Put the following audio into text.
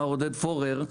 מר עודד פורר,